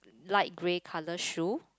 light grey colour shoe